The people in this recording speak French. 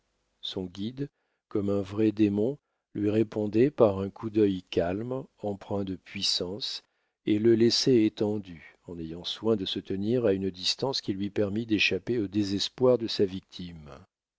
son guide comme un vrai démon lui répondait par un coup d'œil calme empreint de puissance et le laissait étendu en ayant soin de se tenir à une distance qui lui permît d'échapper au désespoir de sa victime